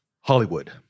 Hollywood